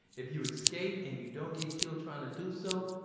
if you escape, and you don't get killed trying to do so,